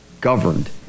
governed